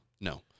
No